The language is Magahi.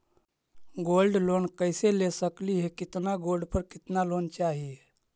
गोल्ड लोन कैसे ले सकली हे, कितना गोल्ड पर कितना लोन चाही?